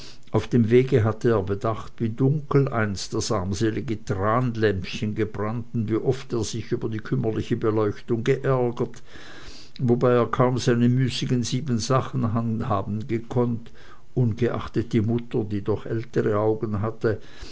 auf dem wege hatte er bedacht wie dunkel einst das armselige tranlämpchen gebrannt und wie oft er sich über die kümmerliche beleuchtung geärgert wobei er kaum seine müßigen siebensachen handhaben gekonnt ungeachtet die mutter die doch ältere augen hatte